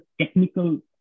technical